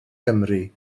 gymru